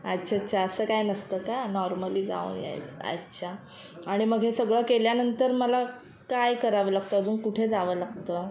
अच्छा अच्छा असं काय नसतं का नॉर्मली जाऊन यायचं अच्छा आणि मग हे सगळं केल्यानंतर मला काय करावं लागतं अजून कुठे जावं लागतं